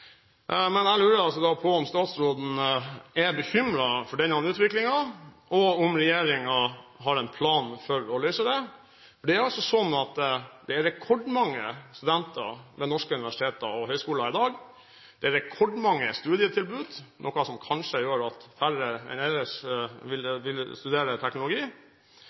Jeg lurer på om statsråden er bekymret for denne utviklingen, og om regjeringen har en plan for å løse dette. Det er rekordmange studenter ved norske universiteter og høyskoler i dag. Det er rekordmange studietilbud, noe som kanskje gjør at færre enn ellers vil studere teknologi.